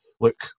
look